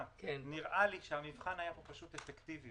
מאוד: נראה לי שהמבחן היה פה פשוט אפקטיבי,